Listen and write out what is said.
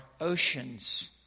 oceans